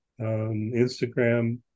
Instagram